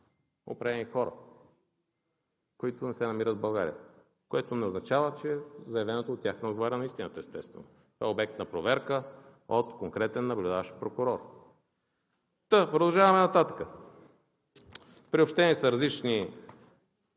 определени хора, които не се намират в България, което не означава, че заявеното от тях не отговаря на истината, естествено. То е обект на проверка от конкретен наблюдаващ прокурор. Продължаваме нататък. Приобщени са различни